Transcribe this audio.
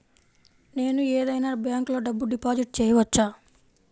నేను ఏదైనా బ్యాంక్లో డబ్బు డిపాజిట్ చేయవచ్చా?